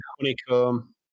honeycomb